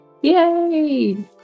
Yay